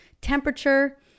temperature